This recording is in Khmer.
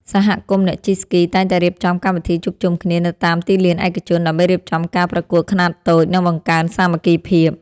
សហគមន៍អ្នកជិះស្គីតែងតែរៀបចំកម្មវិធីជួបជុំគ្នានៅតាមទីលានឯកជន ដើម្បីរៀបចំការប្រកួតខ្នាតតូច និងបង្កើនសាមគ្គីភាព។